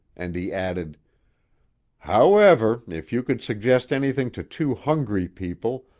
and he added however, if you could suggest anything to two hungry people,